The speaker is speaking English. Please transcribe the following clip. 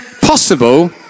possible